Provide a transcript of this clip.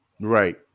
right